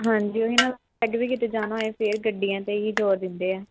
ਹਾਂਜੀ ਉਹੀ ਨਾ ਅੱਡ ਵੀ ਕਿਤੇ ਜਾਣਾ ਹੋਏ ਫਿਰ ਗੱਡੀਆਂ 'ਤੇ ਹੀ ਜ਼ੋਰ ਦਿੰਦੇ ਆ